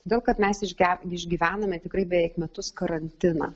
todėl kad mes išge išgyvename tikrai beveik metus karantiną